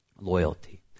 loyalty